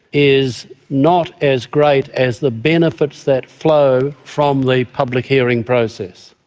is not as great as the benefits that flow from the public hearing process.